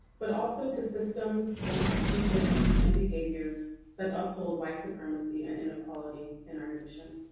but also to systems, institutions, and behaviors that uphold white supremacy and inequality in our nation.